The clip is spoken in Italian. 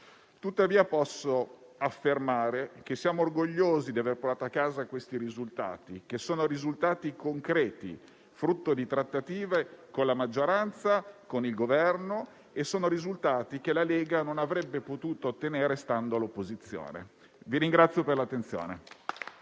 Tuttavia, posso affermare che siamo orgogliosi di aver portato a casa questi risultati, che sono concreti, frutto di trattative con la maggioranza e con il Governo. E sono risultati che la Lega non avrebbe potuto ottenere stando all'opposizione.